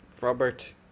Robert